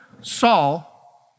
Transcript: Saul